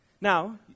Now